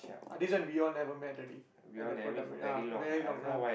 ah this when we all never met already at that point ah ya very long ya